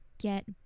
get